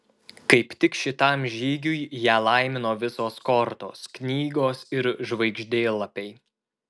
kaip tik šitam žygiui ją laimino visos kortos knygos ir žvaigždėlapiai